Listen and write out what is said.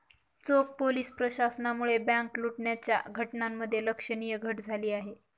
चोख पोलीस प्रशासनामुळे बँक लुटण्याच्या घटनांमध्ये लक्षणीय घट झाली आहे